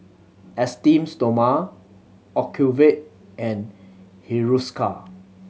Esteem Stoma Ocuvite and Hiruscar